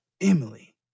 Emily